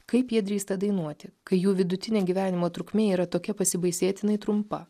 kaip jie drįsta dainuoti kai jų vidutinė gyvenimo trukmė yra tokia pasibaisėtinai trumpa